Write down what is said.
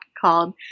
called